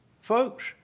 Folks